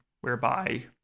whereby